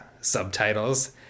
subtitles